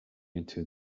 into